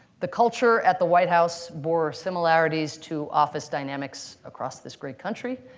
the culture at the white house bore similarities to office dynamics across this great country,